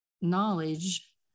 knowledge